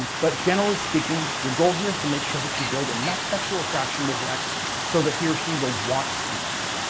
but generally speaking, your goal here is to make sure that you build enough sexual attraction with your ex so that he or she will want to sleep with you.